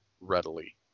readily